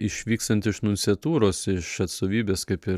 išvykstant iš nunciatūros iš atstovybės kaip ir